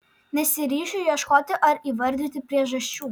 nesiryšiu ieškoti ar įvardyti priežasčių